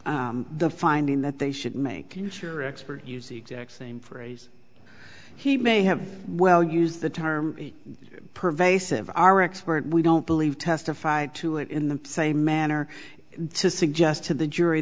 the finding that they should make sure expert use the exact same phrase he may have well used the term pervasive our expert we don't believe testified to it in the same manner to suggest to the jury